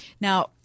Now